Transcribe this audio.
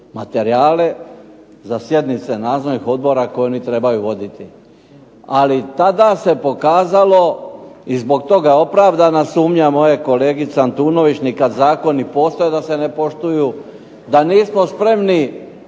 materijale za sjednice nadzornih odbora koje oni trebaju voditi. Ali tada se pokazalo i zbog toga opravdana sumnja moje kolegice Antunović, ni kada Zakoni postoje da se ne poštuju, da nismo spremni